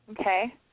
Okay